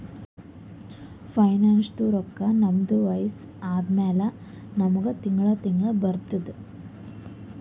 ಪೆನ್ಷನ್ದು ರೊಕ್ಕಾ ನಮ್ದು ವಯಸ್ಸ ಆದಮ್ಯಾಲ ನಮುಗ ತಿಂಗಳಾ ತಿಂಗಳಾ ಬರ್ತುದ್